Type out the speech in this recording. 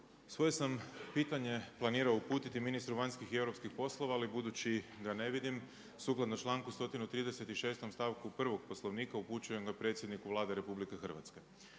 Svoje sam pitanje planirao uputiti ministru vanjskih i europskih poslova ali budući ga ne vidim, sukladno članku 136. stavku 1. Poslovnika upućujem ga predsjedniku Vlade RH.